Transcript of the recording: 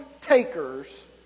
takers